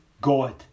God